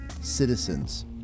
citizens